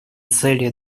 цели